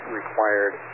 required